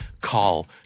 call